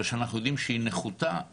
ואנשים חדשים נכנסים למערכת,